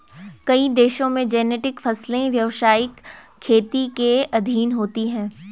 कई देशों में जेनेटिक फसलें व्यवसायिक खेती के अधीन होती हैं